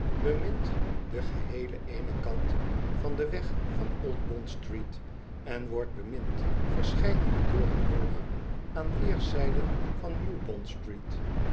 bemint den geheelen eenen kant van den weg van old bondstreet en wordt bemind verscheidene deuren hooger aan weerszijden van new